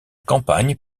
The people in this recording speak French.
campagne